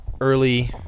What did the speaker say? early